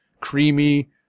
creamy